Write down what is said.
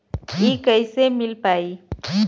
इ कईसे मिल पाई?